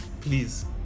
Please